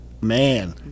Man